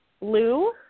Lou